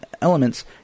elements